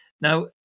Now